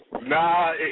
Nah